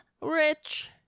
rich